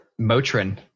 Motrin